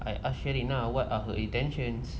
I asked sheryn lah what are her intentions